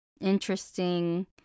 interesting